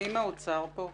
מי מהאוצר כאן?